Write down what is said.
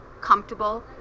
comfortable